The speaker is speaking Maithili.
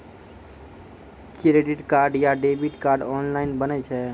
क्रेडिट कार्ड या डेबिट कार्ड ऑनलाइन बनै छै?